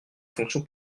fonction